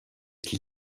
chi